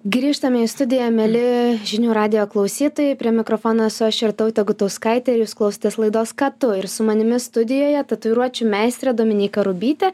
grįžtame į studiją mieli žinių radijo klausytojai prie mikrofono esu aš ir jūrtautė gutauskaitė jus klausti laidos ką tu ir su manimi studijoje tatuiruočių meistrė dominyka rubytė